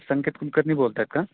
संकेत कुलकर्णी बोलतायत का